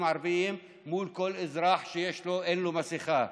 הערביים מול כל אזרח שאין לו מסכה,